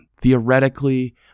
theoretically